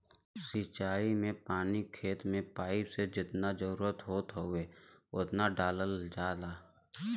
सिंचाई में पानी खेत में पाइप से जेतना जरुरत होत हउवे ओतना डालल जाला